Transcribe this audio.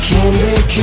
Candy